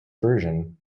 version